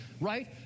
right